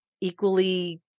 equally